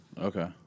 Okay